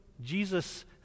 Jesus